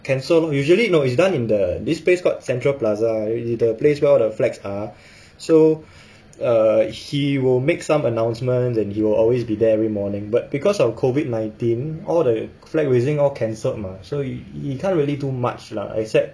cancel usually no it's done in the this place called central plaza which is the place where all the flags are so err he will make some announcements and he will always be there every morning but because of COVID nineteen all the flag raising all cancelled mah so he can't really do much lah except